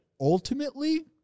ultimately